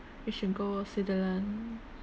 you should go switzerland